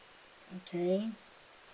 okay